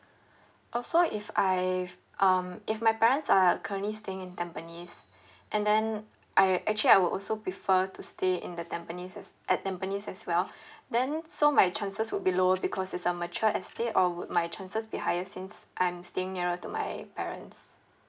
oh so if I've um if my parents are currently staying in tampines and then I actually I will also prefer to stay in the tampines as at tampines as well then so my chances would be lower because it's a mature estate or would my chances be higher since I'm staying nearer to my parents